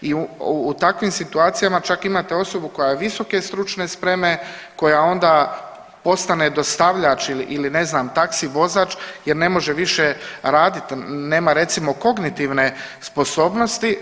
I u takvim situacijama čak imate osobu koja je visoke stručne spreme koja onda postane dostavljač ili ne znam taxi vozač jer ne može više raditi, nema recimo kognitivne sposobnosti.